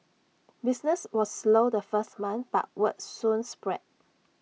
business was slow the first month but word soon spread